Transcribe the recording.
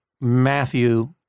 Matthew